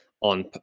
on